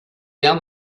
down